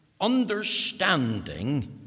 Understanding